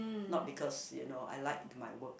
not because you know I like my work